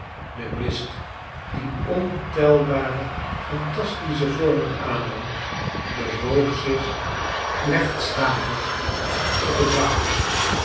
de mist die ontelbare phantastische vormen aannam bewoog zich plechtstatig op het water